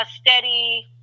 steady